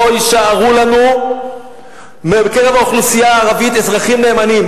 לא יישארו לנו מקרב האוכלוסייה הערבית אזרחים נאמנים.